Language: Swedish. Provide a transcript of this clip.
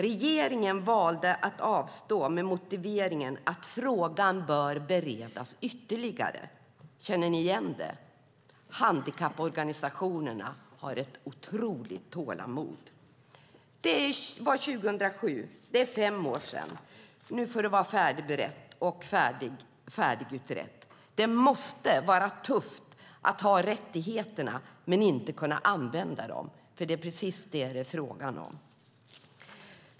Regeringen valde att avstå med motiveringen att frågan bör beredas ytterligare. Känner ni igen det? Handikapporganisationerna har ett otroligt tålamod. Det var 2007; det är fem år sedan. Nu får det vara färdigberett och färdigutrett. Det måste vara tufft att ha rättigheter men inte kunna använda dem. Det är precis det som det är fråga om.